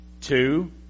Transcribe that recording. Two